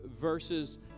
verses